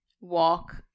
walk